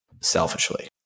selfishly